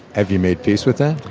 have you made peace with that?